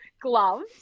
gloves